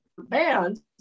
bands